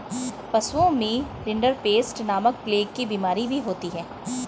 पशुओं में रिंडरपेस्ट नामक प्लेग की बिमारी भी होती है